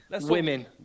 Women